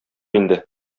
инде